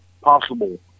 possible